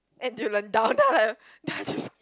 N_T_U Learn down then I like then I just